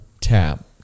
tap